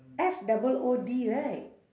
F double O D right